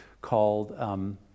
called